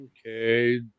Okay